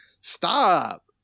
Stop